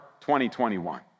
2021